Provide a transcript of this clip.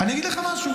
אני אגיד לך משהו.